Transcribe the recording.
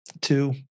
two